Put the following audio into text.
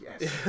yes